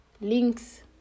links